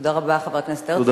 תודה רבה, חבר הכנסת הרצוג.